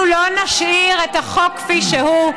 אנחנו לא נשאיר את החוק כפי שהוא.